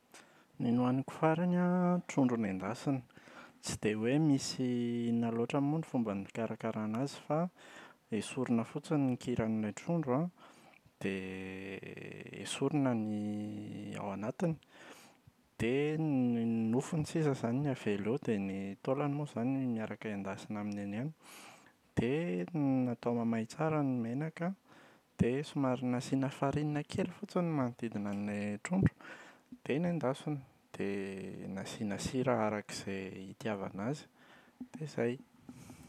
Ny nohaniko farany an trondro nendasina. Tsy dia hoe misy inona loatra moa ny fomba nikarakarana azy fa esorina fotsiny ny kiran’ilay trondro an dia esorina ny ao anatiny dia ny n- nofiny sisa izany no avela eo dia ny taolany moa izany miaraka endasina aminy eny ihany. Dia natao mamay tsara ny menaka, dia somary nasiana farine kely fotsiny manodidina an’ilay trondro dia nendasina, dia nasiana sira araka izay hitiavana azy, dia izay.